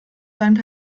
seinen